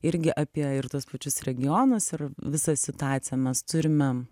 irgi apie ir tuos pačius regionus ir visą situaciją mes turime